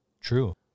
True